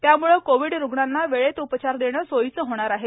यामुळे कोविड रुग्णांना वेळेत उपचार देणे सोयीचे होणार आहे